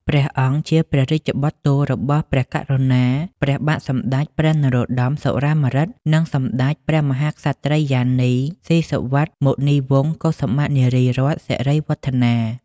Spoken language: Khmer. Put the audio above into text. ព្រះអង្គជាព្រះរាជបុត្រទោលរបស់ព្រះករុណា ព្រះបាទសម្ដេចព្រះនរោត្តម សុរាម្រិត និងសម្ដេចព្រះមហាក្សត្រិយានី ស៊ីសុវត្ថិមុនីវង្ស កុសុមៈនារីរតន៍ សិរីវឌ្ឍនា។